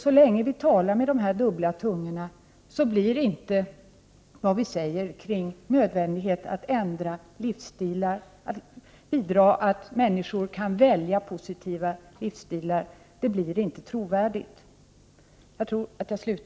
Så länge vi talar med dubbla tungor blir vårt tal om nödvändigheten att ändra livsstilar och bidra till att människor kan välja positiva livsstilar inte trovärdigt.